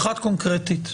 אחת קונקרטית,